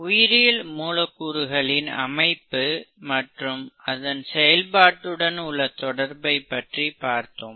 உயிரியல் மூலக்கூறுகளின் அமைப்பு மற்றும் அதன் செயல்பாட்டுடன் உள்ள தொடர்பை பற்றி பார்த்தோம்